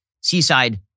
seaside